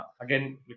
again